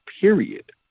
period